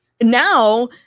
now